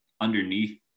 underneath